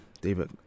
David